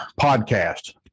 podcast